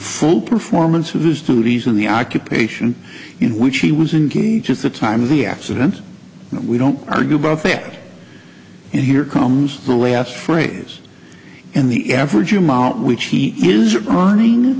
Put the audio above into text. full performance of his duties in the occupation in which he was engaged at the time of the accident and we don't argue about that and here comes the last phrase in the average amount which he is returning